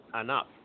enough